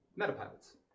Metapilots